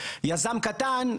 יזם קטן,